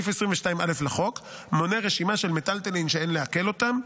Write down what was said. סעיף 22(א) לחוק מונה רשימה של מיטלטלין שאין לעקל אותם,